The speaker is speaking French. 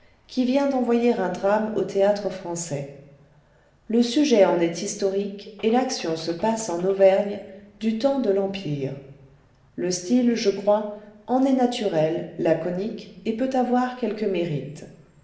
qui vient d'envoyer un drame au théâtre-français le sujet en est historique et l'action se passe en auvergne du temps de l'empire le style je crois en est naturel laconique et peut avoir quelque mérite